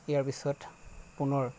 ইয়াৰ পিছত পুনৰ